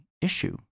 issue